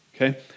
okay